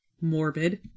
Morbid